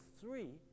three